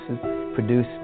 produce